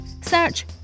Search